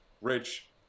rich